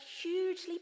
hugely